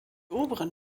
oberen